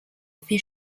fait